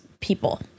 people